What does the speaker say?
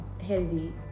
healthy